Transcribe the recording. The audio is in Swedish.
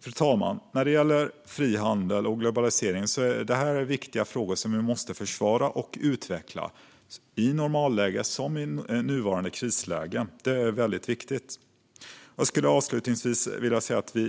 Fru talman! Frihandel och globalisering är viktiga frågor som vi måste försvara och utveckla såväl i normalläge som i nuvarande krisläge. Det är väldigt viktigt.